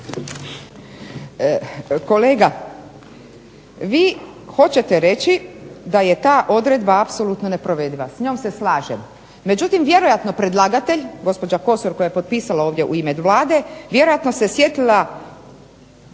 Kolega vi hoćete reći da je ta odredba apsolutno neprovediva, s njom se slažem. Međutim, vjerojatno predlagatelj gospođa Kosor koja je potpisala ovdje u ime Vlade vjerojatno se sjetila